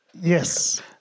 Yes